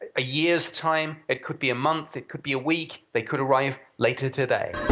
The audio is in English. a year's time it could be a month. it could be a week. they could arrive later today